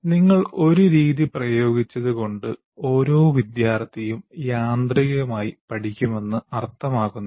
നിങ്ങൾ ഒരു രീതി പ്രയോഗിച്ചതുകൊണ്ട് ഓരോ വിദ്യാർത്ഥിയും യാന്ത്രികമായി പഠിക്കുമെന്ന് അർത്ഥമാക്കുന്നില്ല